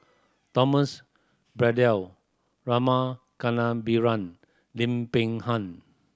Thomas Braddell Rama Kannabiran Lim Peng Han